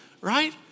Right